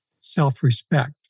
self-respect